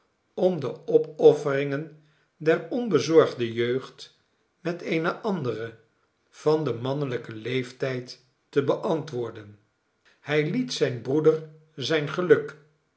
om de opofferingen der onbezorgde jeugd met eene andere van den mannelijken leeftijd te beantwoorden hij liet zijn broeder zijn geluk